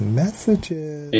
messages